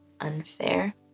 unfair